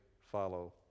follow